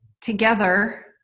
together